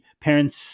parents